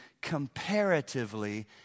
comparatively